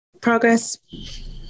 Progress